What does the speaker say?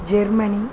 Germany